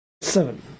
Seven